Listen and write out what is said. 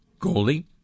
goalie